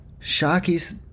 Sharkies